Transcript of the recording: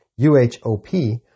UHOP